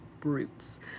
brutes